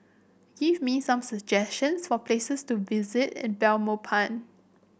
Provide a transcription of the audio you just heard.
give me some suggestions for places to visit in Belmopan